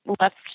left